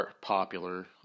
popular